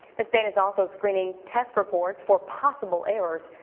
state is also screening test reports for possible errors.